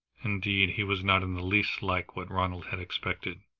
indeed, he was not in the least like what ronald had expected.